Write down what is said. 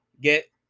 get